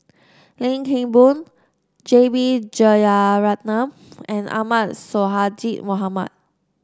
Lim Kim Boon J B Jeyaretnam and Ahmad Sonhadji Mohamad